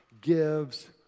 gives